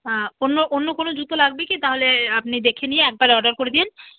হ্যাঁ অন্য অন্য কোনো জুতো লাগবে কি তাহলে আপনি দেখে নিয়ে একবারে অর্ডার করে দিন